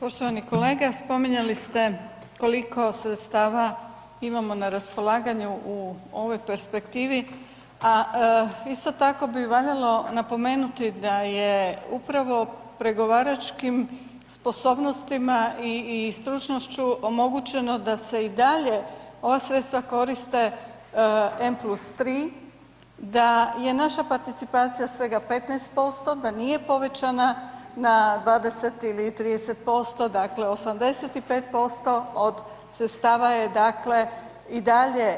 Poštovani kolega, spominjali ste koliko sredstava imamo na raspolaganju u ovoj perspektivi, a isto tako bi valjalo napomenuti da je upravo pregovaračkim sposobnostima i stručnošću, omogućeno da e i dalje ova sredstva koriste M Plus 3, da je naša participacija svega 15%, da nije povećana na 2 ili 30%, dakle 85% od sredstava je dakle i dalje